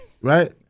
Right